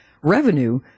revenue